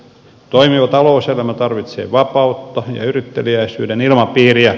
toimiva talouselämä tarvitsee vapautta ja yritteliäisyyden ilmapiiriä